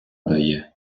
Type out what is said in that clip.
дає